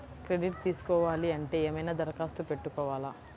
Credit తీసుకోవాలి అంటే ఏమైనా దరఖాస్తు పెట్టుకోవాలా?